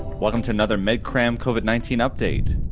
welcome to another medcram covid nineteen update.